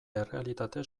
errealitate